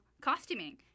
costuming